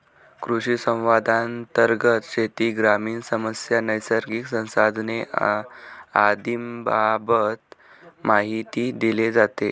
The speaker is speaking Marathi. कृषिसंवादांतर्गत शेती, ग्रामीण समस्या, नैसर्गिक संसाधने आदींबाबत माहिती दिली जाते